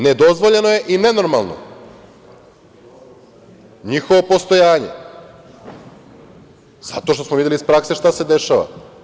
Nedozvoljeno je i nenormalno njihovo postojanje zato što smo videli iz prakse šta se dešava.